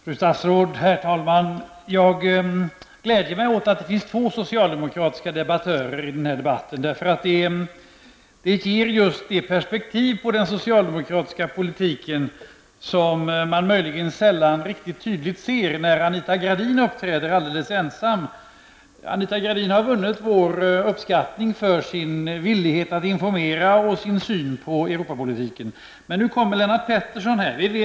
Herr talman! Fru statsråd! Jag gläder mig åt att det finns två socialdemokratiska debattörer i den här debatten. Det ger nämligen det perspektiv på den socialdemokratiska politiken som man sällan riktigt tydligt ser när Anita Gradin uppträder alldeles ensam. Anita Gradin har vunnit vår uppskattning för sin villighet att informera och för sin syn på Europapolitiken. Men nu kommer Lennart Pettersson upp i debatten.